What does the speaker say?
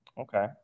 Okay